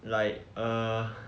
like err